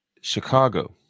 Chicago